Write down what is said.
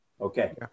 Okay